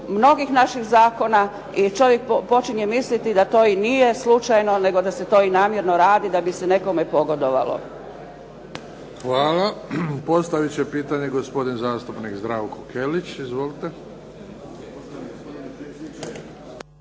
mnogih naših zakona i čovjek počinje misliti da to i nije slučajno, nego da se to i namjerno radi da bi se nekome pogodovalo. **Bebić, Luka (HDZ)** Hvala. Postaviti će pitanje gospodin zastupnik Zdravko Kelić. Izvolite.